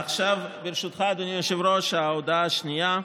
עכשיו, ברשותך, אדוני היושב-ראש, ההודעה השנייה.